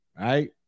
right